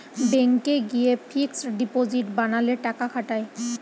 ব্যাংকে গিয়ে fixed deposit বানালে টাকা খাটায়